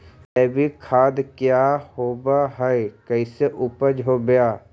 जैविक खाद क्या होब हाय कैसे उपज हो ब्हाय?